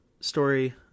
story